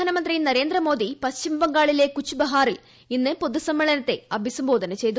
പ്രധാനമന്ത്രി നരേന്ദ്രമോദി പശ്ചിമബംഗാളിലെ കുച്ച് ബഹാറിൽ ഇന്ന് പൊതു സമ്മേളനത്തെ അഭിസംബോധന ചെയ്തു